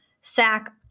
sack